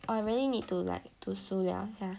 I really need to like 读书 [liao] sia